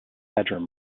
bedroom